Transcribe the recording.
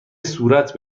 صورت